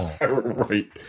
Right